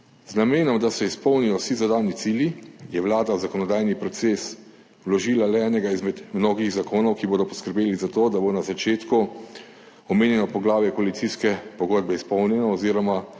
Z namenom, da se izpolnijo vsi zadani cilji, je Vlada v zakonodajni proces vložila le enega izmed mnogih zakonov, ki bodo poskrbeli za to, da bo na začetku omenjeno poglavje koalicijske pogodbe izpolnjeno oziroma